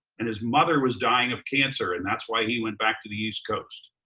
and his mother was dying of cancer, and that's why he went back to the east coast.